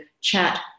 chat